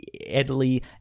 Italy